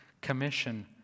commission